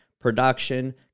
production